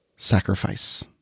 Sacrifice